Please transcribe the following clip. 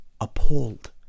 appalled